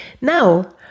Now